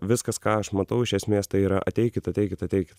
viskas ką aš matau iš esmės tai yra ateikit ateikit ateikit